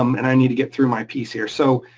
um and i need to get through my piece here, so